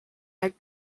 had